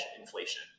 inflation